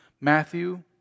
Matthew